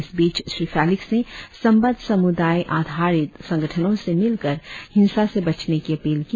इस बीच श्री फेलिक्स ने संबद्ध समुदाय आधारित संगठनों से मिलकर हिंसा से बचने की अपील की